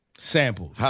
samples